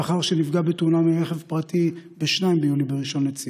לאחר שנפגע בתאונה מרכב פרטי ב-2 ביולי בראשון לציון.